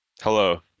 Hello